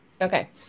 Okay